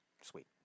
Sweet